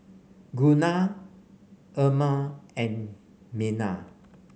Gunnar Irma and Merna